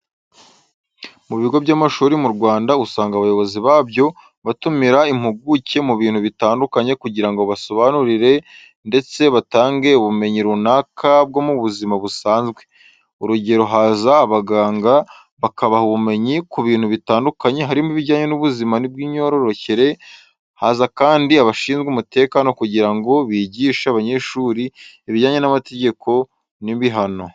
Mu bigo by'amashuri mu Rwanda usanga abayobozi babyo batumira impuguke mu bintu bitandukanye kugira ngo basobanurire ndetse batange ubumenyi runaka bwo mu buzima busanzwe. Urugero haza abaganga bakabaha ubumenyi ku bintu bitandukanye harimo ibijyanye n'ubuzima bw'imyororekere, haza kandi abashinzwe umutekano kugira ngo bigishe abanyeshuri ibijyanye n'amategeko n'ibihano.